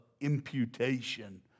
imputation